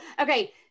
Okay